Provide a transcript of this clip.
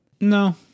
No